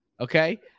Okay